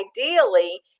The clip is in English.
ideally